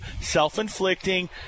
self-inflicting